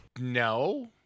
No